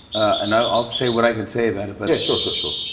and i'll say what i can say about it, but yeah, sure, sure, sure.